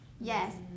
Yes